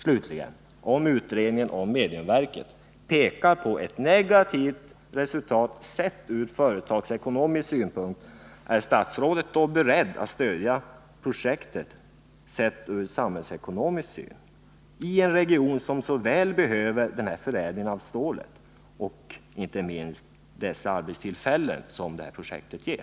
Slutligen: Om utredningen om mediumverket pekar på ett negativt resultat, sett ur företagsekonomisk synpunkt, är då statsrådet beredd att stödja projektet, sett ur samhällsekonomisk synpunkt, i en region som så väl behöver den här förädlingen av stålet och inte minst de arbetstillfällen som det här projektet ger?